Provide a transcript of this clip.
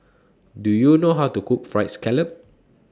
Do YOU know How to Cook Fried Scallop